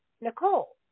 Nicole